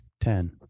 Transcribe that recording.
Ten